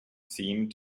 seemed